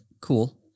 cool